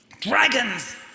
Dragons